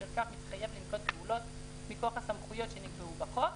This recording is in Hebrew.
בשל כך היא תחייב לנקוט פעולות מכוח הסמכויות שנקבעו בחוק.